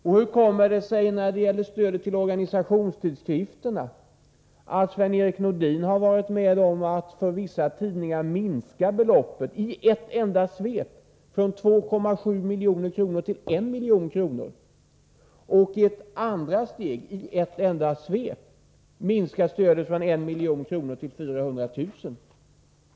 Och hur kommer det sig att Sven-Erik Nordin när det gäller stödet till organisationstidskrifterna varit med om att i ett enda svep minska beloppet för vissa tidningar från 2,7 milj.kr. till I milj.kr. och om att i ett andra steg minska stödet från 1 miljon till 400 000 kr.?